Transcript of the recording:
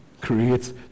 creates